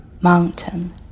mountain